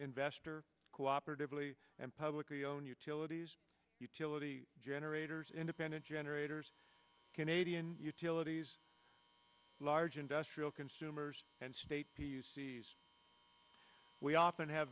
investor cooperatively and publicly owned utilities utility generators independent generators canadian utilities large industrial consumers and state we often have